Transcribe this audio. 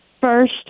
First